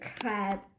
Crab